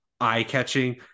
eye-catching